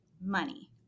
money